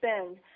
spend